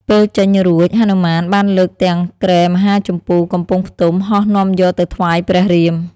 ពេលចេញរួច ហនុមានបានលើកទាំងគ្រែមហាជម្ពូកំពុងផ្ទុំ ហោះនាំយកទៅថ្វាយព្រះរាម។